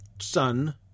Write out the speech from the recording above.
son